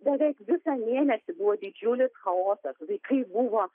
beveik visą mėnesį buvo didžiulis chaosas vaikai buvo